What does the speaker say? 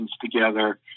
together